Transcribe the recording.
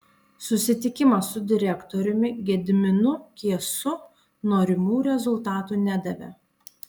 susitikimas su direktoriumi gediminu kiesu norimų rezultatų nedavė